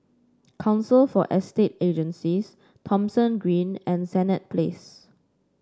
Council for Estate Agencies Thomson Green and Senett Place